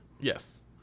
Yes